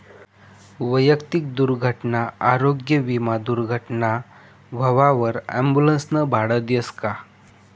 वैयक्तिक दुर्घटना आरोग्य विमा दुर्घटना व्हवावर ॲम्बुलन्सनं भाडं देस का?